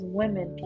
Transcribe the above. women